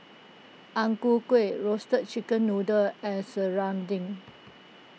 Ang Ku kKueh Roasted Chicken Noodle and Serunding